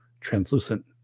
translucent